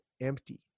empty